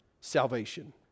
salvation